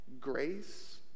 grace